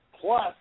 Plus